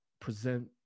present